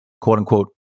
quote-unquote